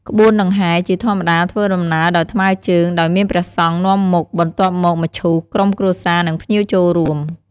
ក្បួនដង្ហែជាធម្មតាធ្វើដំណើរដោយថ្មើរជើង ដោយមានព្រះសង្ឃនាំមុខ បន្ទាប់មកមឈូស ក្រុមគ្រួសារ និងភ្ញៀវចូលរួម។